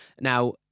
Now